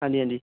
ਹਾਂਜੀ ਹਾਂਜੀ